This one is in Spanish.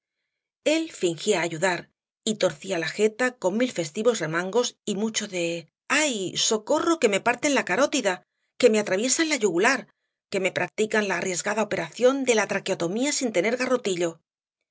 el fingía ayudar y torcía la geta con mil festivos remangos y mucho de ay socorro que me parten la carótida que me atraviesan la yugular que me practican la arriesgada operación de la traqueotomía sin tener garrotillo